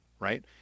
Right